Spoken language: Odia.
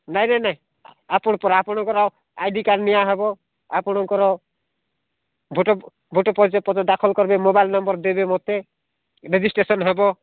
ନାହିଁ ନାହିଁ ନାହିଁ ଆପଣ ପରା ଆପଣଙ୍କର ଆଇ ଡ଼ି କାର୍ଡ଼ ନିଆହେବ ଆପଣଙ୍କର ଭୋଟ୍ ଭୋଟ୍ ପରିଚୟ ପତ୍ର ଦାଖଲ କରିବେ ମୋବାଇଲ୍ ନମ୍ବର୍ ଦେବେ ମୋତେ ରେଜିଷ୍ଟ୍ରେସନ୍ ହେବ